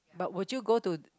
but would you go to